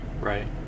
Right